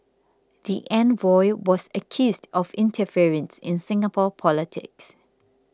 the envoy was accused of interference in Singapore politics